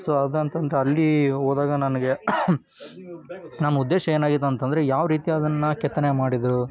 so ಅದಂತ ಅಂದ್ರೆ ಅಲ್ಲಿ ಹೋದಾಗ ನನಗೆ ನನ್ನ ಉದ್ದೇಶ ಏನಾಗಿತ್ತು ಅಂತ ಅಂದ್ರೆ ಯಾವ ರೀತಿ ಅದನ್ನು ಕೆತ್ತನೆ ಮಾಡಿದರು